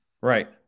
Right